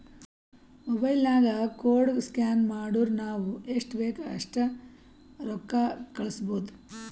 mobile ನಾಗ್ ಕೋಡ್ಗ scan ಮಾಡುರ್ ನಾವ್ ಎಸ್ಟ್ ಬೇಕ್ ಅಸ್ಟ್ ರೊಕ್ಕಾ ಕಳುಸ್ಬೋದ್